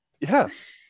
yes